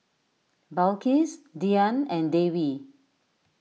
Balqis Dian and Dewi